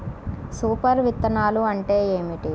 Super విత్తనాలు అంటే ఏమిటి?